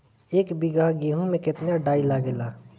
एक बीगहा गेहूं में केतना डाई लागेला?